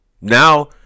Now